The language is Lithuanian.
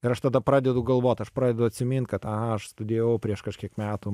ir aš tada pradedu galvot aš pradedu atsimint kad aha aš studijavau prieš kažkiek metų